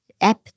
app